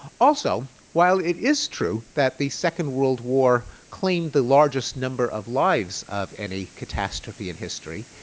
also, while it is true that the second world war claimed the largest number of lives of any catastrophe in history,